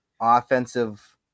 offensive